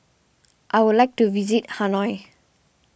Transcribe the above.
I would like to visit Hanoi